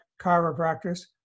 chiropractors